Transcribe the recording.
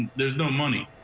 there's no money.